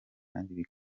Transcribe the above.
kandi